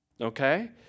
Okay